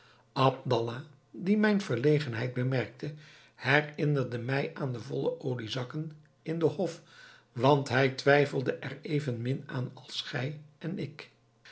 abdallah die mijn verlegenheid bemerkte herinnerde mij aan de volle oliezakken in den hof want hij twijfelde er evenmin aan als gij en ik